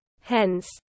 Hence